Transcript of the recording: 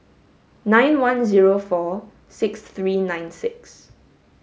nine one zero four six three nine six